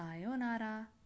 Sayonara